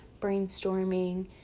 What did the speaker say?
brainstorming